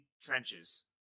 trenches